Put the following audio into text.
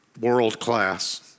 world-class